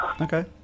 Okay